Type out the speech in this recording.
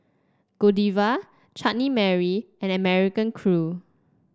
Godiva Chutney Mary and American Crew